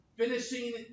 Finishing